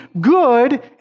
good